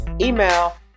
email